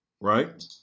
right